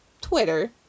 Twitter